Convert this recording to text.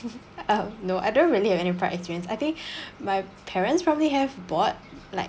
uh no I don't really have any prior experience I think my parents probably have bought like